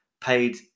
paid